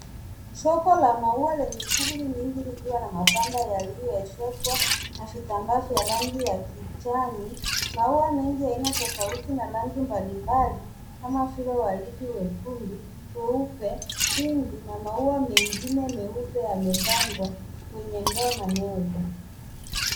Soko la maua lenye shughuli nyingi likiwa na mabanda yaliyoezekwa na vitambaa vya rangi ya kijani. Maua mingi ya aina tofauti na rangi mbalimbali kama vile waridi, wekundu, weupe pinki na maua mengine meupe yamepangwa kwenye ndoo na meza.